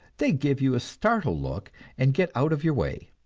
they give you a startled look and get out of your way.